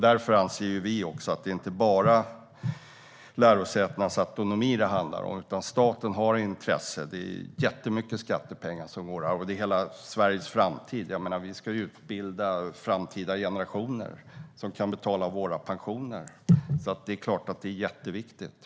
Därför anser vi att det inte bara handlar om lärosätenas autonomi, utan staten har ett intresse. Det är jättemycket skattepengar som går dit, och det gäller hela Sveriges framtid. Vi ska utbilda framtida generationer som kan betala våra pensioner. Det är klart att det är jätteviktigt.